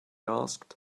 asked